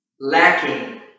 lacking